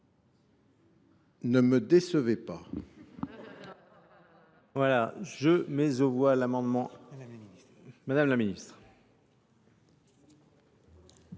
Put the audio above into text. ne me décevez pas